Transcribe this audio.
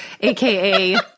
aka